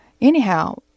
Anyhow